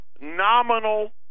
nominal